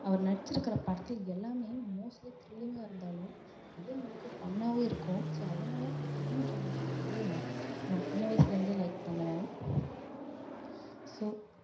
அவர் நடிச்சிருக்கிற படத்தில் எல்லாம் மோஸ்ட்லீ திரில்லிங்காக இருந்தாலும் அதே அளவுக்கு ஃபன்னாக இருக்கும் ஸோ அதனால் டுவைன் ஜான்சன் வந்து நான் சின்ன வயசுலருந்தே லைக் பண்ணுவன் ஸோ